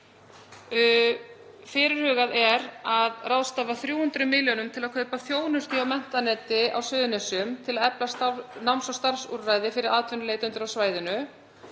Fyrirhugað er að ráðstafa 300 milljónum til að kaupa þjónustu af menntaneti á Suðurnesjum til að efla náms- og starfsúrræði fyrir atvinnuleitendur á svæðinu.